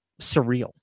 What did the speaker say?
surreal